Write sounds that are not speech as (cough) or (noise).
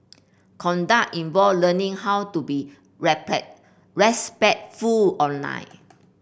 conduct involve learning how to be (unintelligible) respectful online